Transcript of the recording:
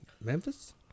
memphis